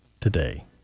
today